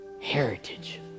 heritage